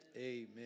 Amen